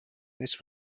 this